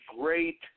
great